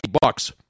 Bucks